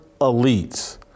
elites